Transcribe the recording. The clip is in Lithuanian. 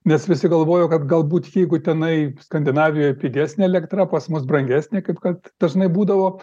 nes visi galvojo kad galbūt jeigu tenai skandinavijoj pigesnė elektra pas mus brangesnė kaip kad dažnai būdavo